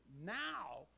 Now